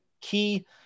key